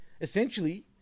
essentially